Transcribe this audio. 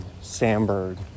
Sandberg